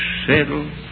settle